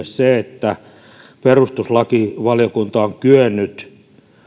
se että perustuslakivaliokunta on kyennyt